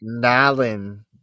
Nalan